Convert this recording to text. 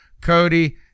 Cody